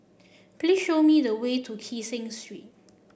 please show me the way to Kee Seng Street